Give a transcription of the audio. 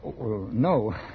No